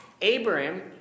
Abraham